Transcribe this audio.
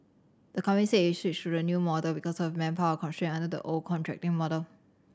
the company said it switched to the new model because of manpower constraints under the old contracting model